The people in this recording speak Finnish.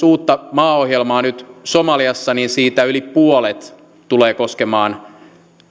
uutta maaohjelmaa nyt somaliassa niin siitä yli puolet tulee koskemaan